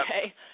Okay